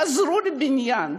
חזרו לבניין,